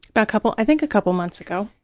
but a couple, i think a couple months ago.